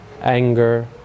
anger